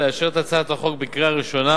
לאשר את הצעת החוק בקריאה ראשונה